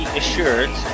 assured